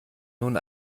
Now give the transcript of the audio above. nun